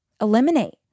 eliminate